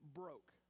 broke